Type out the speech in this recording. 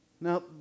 Now